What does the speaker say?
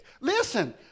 Listen